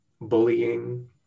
bullying